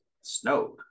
snowed